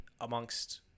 amongst